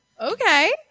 okay